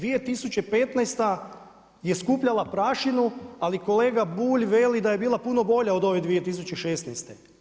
2015. je skupljala prašinu ali kolega Bulj veli da je bila puno bolja od 2016.